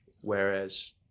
whereas